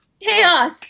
Chaos